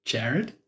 Jared